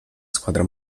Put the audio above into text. squadra